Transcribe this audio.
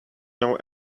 know